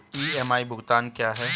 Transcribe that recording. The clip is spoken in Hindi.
ई.एम.आई भुगतान क्या है?